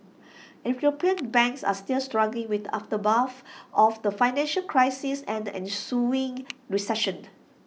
european banks are still struggling with the aftermath of the financial crisis and the ensuing recession